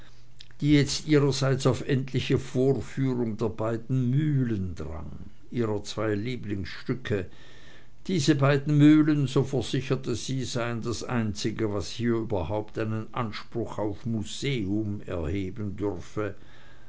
die jetzt ihrerseits auf endliche vorführung der beiden mühlen drang ihrer zwei lieblingsstücke diese beiden mühlen so versicherte sie seien das einzige was hier überhaupt einen anspruch auf museum erheben dürfe